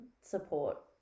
support